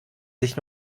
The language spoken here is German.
sich